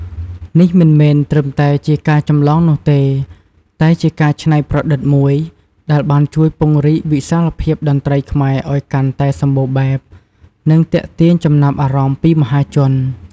នេះមិនមែនត្រឹមតែជាការចម្លងនោះទេ តែជាការច្នៃប្រឌិតមួយដែលបានជួយពង្រីកវិសាលភាពតន្ត្រីខ្មែរឲ្យកាន់តែសម្បូរបែប និងទាក់ទាញចំណាប់អារម្មណ៍ពីមហាជន។